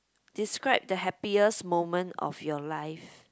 describe the happiest moment of your life